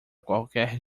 qualquer